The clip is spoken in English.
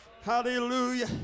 Hallelujah